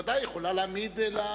והיא בוודאי יכולה להעמיד.